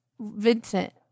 Vincent